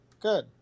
good